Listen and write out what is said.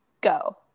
Go